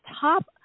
top